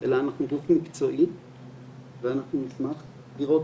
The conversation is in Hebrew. אלא אנחנו גוף מקצועי ואנחנו נשמח לראות